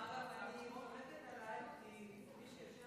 אגב, אני חולקת עלייך, כי מי שיושב